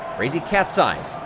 crazy cat's eyes,